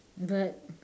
but